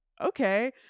okay